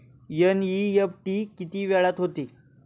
NEFT किती वेळात होते?